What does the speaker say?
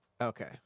Okay